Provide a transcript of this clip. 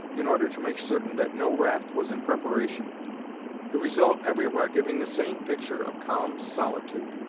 in order to make certain that no raft was in preparation the result everywhere giving the same picture of calm solitude.